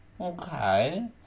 Okay